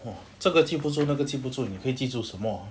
!wah! 这个记不住那个记不住你会记住什么